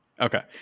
Okay